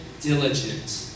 diligent